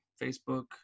Facebook